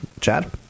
Chad